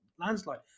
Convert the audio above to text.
landslide